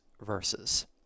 verses